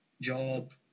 job